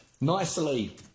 Nicely